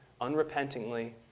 unrepentingly